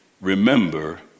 remember